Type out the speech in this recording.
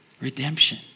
redemption